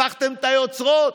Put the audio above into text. הפכתם את היוצרות.